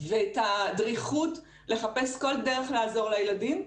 ואת הדריכות לחפש כל דרך לעזור לילדים,